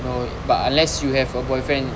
you know but unless you have a boyfriend